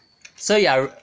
so you are